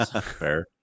fair